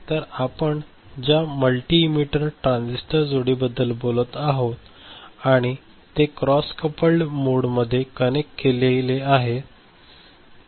तर आपण ज्या मल्टी एमिटर ट्रांझिस्टर जोडीबद्दल बोलत आहोत आणि ते क्रॉस कपल्ड मोडमध्ये कनेक्ट केलेले आहेत